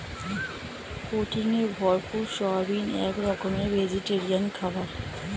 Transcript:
প্রোটিনে ভরপুর সয়াবিন এক রকমের ভেজিটেরিয়ান খাবার